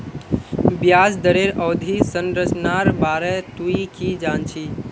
ब्याज दरेर अवधि संरचनार बारे तुइ की जान छि